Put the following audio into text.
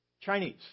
Chinese